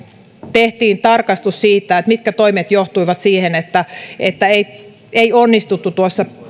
tehtiin tarkastus siitä mitkä toimet johtivat siihen ettei onnistuttu tuossa